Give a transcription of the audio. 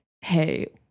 Hey